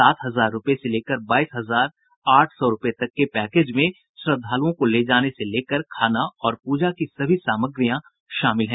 सात हजार रूपये से लेकर बाईस हजार आठ सौ रूपये तक के पैकेज में श्रद्धालुओं को गया ले जाने से लेकर खाना और पूजा की सभी सामग्रियां शामिल हैं